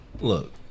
Look